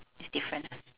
it's different ah